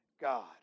God